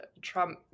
Trump